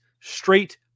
straight